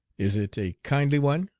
is it a kindly one,